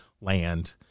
land